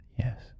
Yes